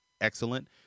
excellent